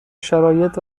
شرایط